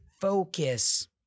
focus